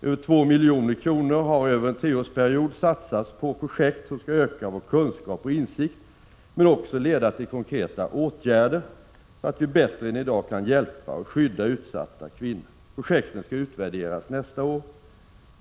Över 2 milj.kr. har under en treårsperiod satsats på projekt som syftar till att öka våra kunskaper och vår insikt. Men projekten skall också leda till konkreta åtgärder, så att vi bättre än som i dag är fallet kan hjälpa och skydda | utsatta kvinnor. Projekten skall utvärderas nästa år.